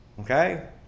Okay